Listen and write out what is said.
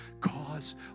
cause